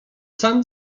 sam